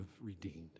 redeemed